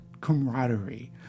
camaraderie